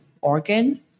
organ